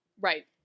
Right